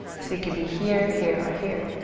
so you could be here, here or here.